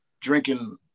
drinking